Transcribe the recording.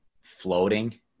floating